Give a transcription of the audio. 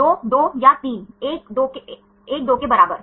2 2 या 3 1 2 के बराबर